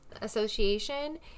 Association